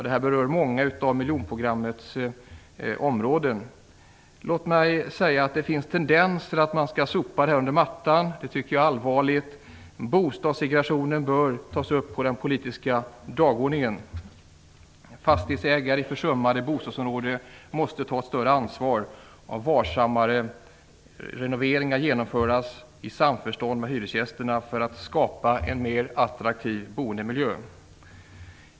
Det här berör många av miljonprogrammets områden. Det finns tendenser till att man skall sopa det under mattan. Det tycker jag är allvarligt. Bostadssegregationen bör tas upp på den politiska dagordningen. Fastighetsägare i försummade bostadsområden måste ta ett större ansvar. Varsammare renoveringar måste genomföras i samförstånd med hyresgästerna för att skapa en mer attraktiv boendemiljö.